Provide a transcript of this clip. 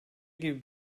gibi